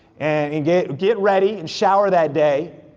and and get get ready, and shower that day,